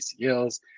ACLs